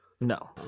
No